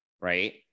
right